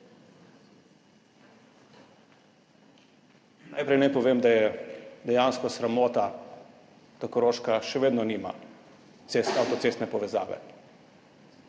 Najprej naj povem, da je dejansko sramota, da Koroška še vedno nima avtocestne povezave.